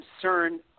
concern